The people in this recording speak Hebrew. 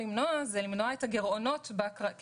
לעשות הוא למנוע את הגירעונות בקרנות הוותיקות.